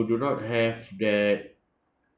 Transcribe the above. do not have that